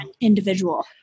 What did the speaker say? individual